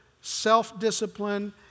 self-discipline